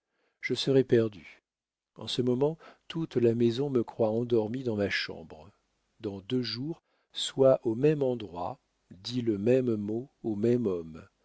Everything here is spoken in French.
je serais perdue en ce moment toute la maison me croit endormie dans ma chambre dans deux jours sois au même endroit dis le même mot au même homme